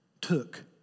took